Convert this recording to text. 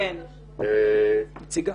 נציגה.